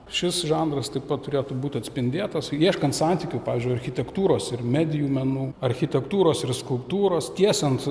šis žanras taip pat turėtų būti atspindėtas ieškant santykių pavyzdžiui architektūros ir medijų menų architektūros ir skulptūros tiesiant